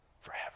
forever